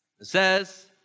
says